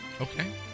Okay